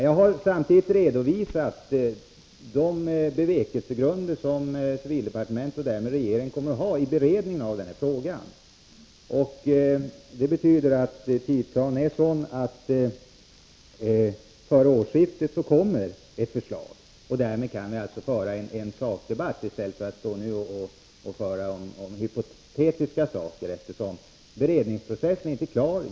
Jag har redovisat de bevekelsegrunder som civildepartementet och därmed regeringen kommer att ha vid beredningen av den här frågan. Tidsplanen är sådan att det före årsskiftet kommer ett förslag. Vi kan alltså föra en sakdebatt i stället för att diskutera hypoteser, eftersom beredningsprocessen inte är klar.